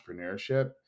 entrepreneurship